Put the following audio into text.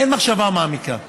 שאין מחשבה מעמיקה.